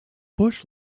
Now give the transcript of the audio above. bush